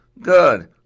good